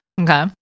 Okay